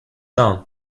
down